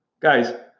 Guys